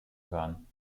hören